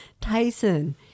Tyson